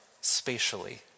spatially